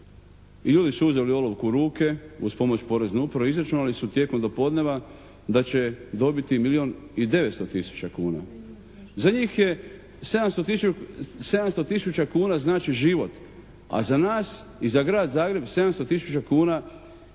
i ljudi su uzeli olovku u ruke uz pomoć porezne uprave i izračunali su tijekom dopodneva da će dobiti milijun i 900 tisuća kuna. Za njih je 700 tisuća kuna znači život, a za nas i za Grad Zagreb 700 tisuća